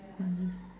ah yes